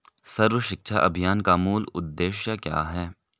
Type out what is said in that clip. सर्व शिक्षा अभियान का मूल उद्देश्य क्या है?